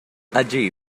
allí